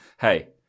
hey